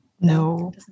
No